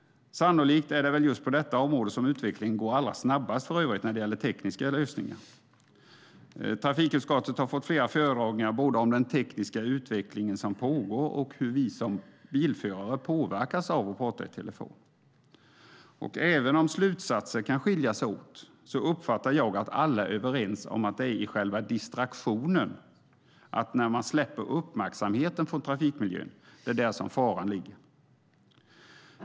Sannolikt är det just på detta område som utvecklingen går allra snabbast när det gäller tekniska lösningar. Trafikutskottet har fått flera föredragningar både om den tekniska utveckling som pågår och hur vi som bilförare påverkas av att tala i telefon. Även om slutsatser kan skilja sig åt uppfattar jag att alla är överens om att det är i själva distraktionen, när man släpper uppmärksamheten från trafikmiljön, som faran ligger.